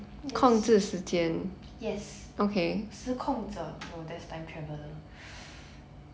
yes yes 时控者 no that's time traveller